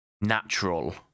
natural